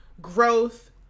growth